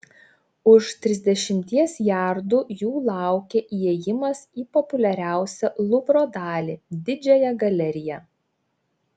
už trisdešimties jardų jų laukė įėjimas į populiariausią luvro dalį didžiąją galeriją